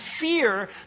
fear